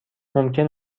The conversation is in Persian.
ممکن